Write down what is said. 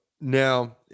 Now